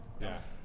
Yes